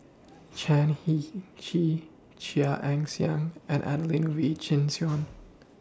Chan Heng Chee Chia Ann Siang and Adelene Wee Chin Suan